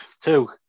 Two